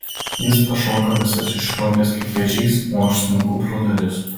jis pašoka visas išraudęs kaip vėžys o aš smunku pro duris